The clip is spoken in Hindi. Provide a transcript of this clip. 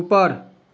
ऊपर